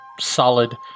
solid